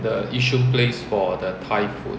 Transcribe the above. the yishun place for the thai food